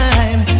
Time